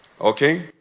Okay